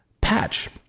patch